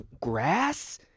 grass